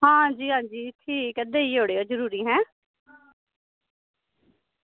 हां जी हां जी ठीक देई ओड़ेओ जरूरी हैं